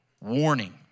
warning